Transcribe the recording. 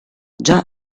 già